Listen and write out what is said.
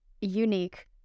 unique